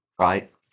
right